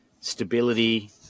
stability